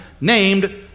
named